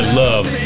love